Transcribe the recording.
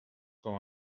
com